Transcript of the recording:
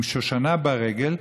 עם שושנה ברגל,